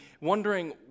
wondering